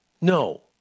No